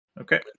okay